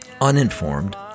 uninformed